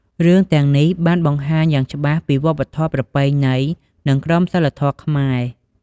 រឿងទាំងនេះបានបង្ហាញយ៉ាងច្បាស់ពីវប្បធម៌ ប្រពៃណី និងក្រមសីលធម៌ខ្មែរ។